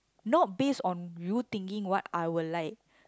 not based on you thinking what I will like